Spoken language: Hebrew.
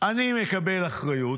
אני מקבל אחריות,